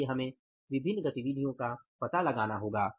इसलिए हमें विभिन्न गतिविधियों का पता लगाना होगा